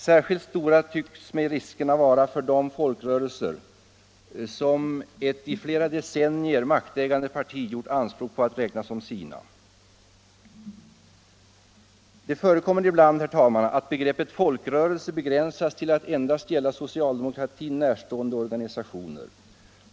Särskilt stora synes mig riskerna vara för de folkrörelser, som ett i flera decennier maktägande parti gjort anspråk på att räkna som sina. Ibland förekommer det att begreppet folkrörelse begränsas till att endast gälla socialdemokratin närstående organisationer.